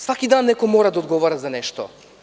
Svaki dan neko mora da odgovara za nešto.